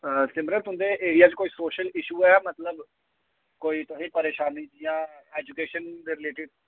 हां सिमरन तुं'दे एरिया च कोई शोशल इशू है मतलब कोई तुसें गी परेशानी जि'यां एजुकेशन दे रलेटिड